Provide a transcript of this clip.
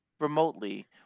remotely